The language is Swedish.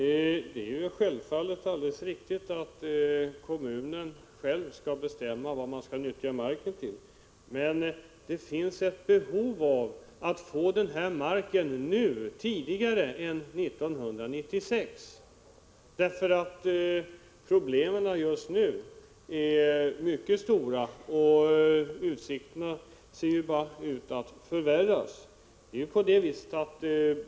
Det är alldeles riktigt att kommunen själv skall bestämma vad marken skall nyttjas till. Men det finns ett behov av att få denna mark nu, alltså tidigare än 1996, för problemen just i dag är mycket stora, och läget ser bara ut att förvärras.